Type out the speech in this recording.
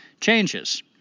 changes